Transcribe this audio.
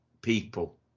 people